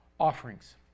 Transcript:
offerings